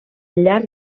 llarg